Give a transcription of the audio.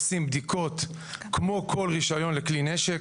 עושים בדיקות כמו כל רישיון לכלי נשק,